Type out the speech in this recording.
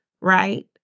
right